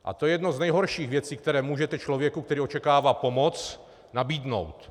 To je jedna z nejhorších věcí, kterou můžete člověku, který očekává pomoc, nabídnout.